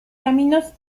caminos